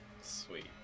sweet